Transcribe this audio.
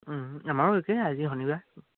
আমাৰো একেই আজি শনিবাৰ